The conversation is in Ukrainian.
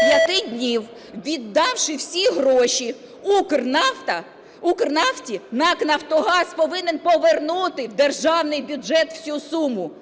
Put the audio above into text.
п'яти днів, віддавши всі гроші "Укрнафті", НАК "Нафтогаз" повинен повернути в державний бюджет всю суму.